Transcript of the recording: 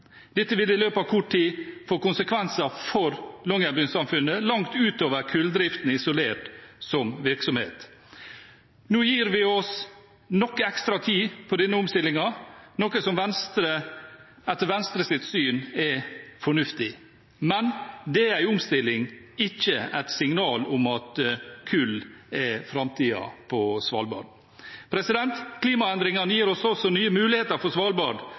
Dette vil i løpet av kort tid få konsekvenser for Longyearbyen-samfunnet, langt utover kulldriften isolert som virksomhet. Nå gir vi oss selv noe ekstra tid på denne omstillingen, noe som etter Venstres syn er fornuftig. Men det er en omstilling, ikke et signal om at kull er framtiden på Svalbard. Klimaendringene gir oss også nye muligheter for Svalbard,